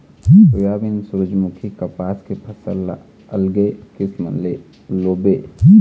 soybean, सूरजमूखी, कपसा के फसल ल अलगे किसम ले लूबे